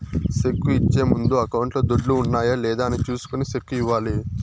cheque ఇచ్చే ముందు అకౌంట్లో దుడ్లు ఉన్నాయా లేదా అని చూసుకొని సెక్కు ఇవ్వాలి